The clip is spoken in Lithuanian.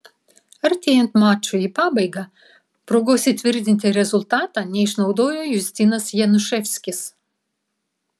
artėjant mačui į pabaigą progos įtvirtinti rezultatą neišnaudojo justinas januševskis